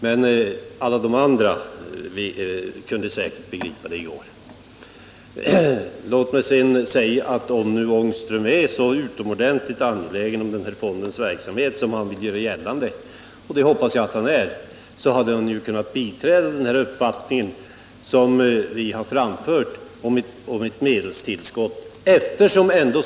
Men alla andra kunde säkert förstå på vilka punkter delade meningar förelåg. Låt mig sedan säga att om Rune Ångström är så utomordentligt angelägen om Norrlandsfondens verksamhet som han vill göra gällande — och det hoppas jag att han är — hade han ju kunnat biträda det förslag som vi har framfört om ett medelstillskott.